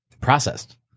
processed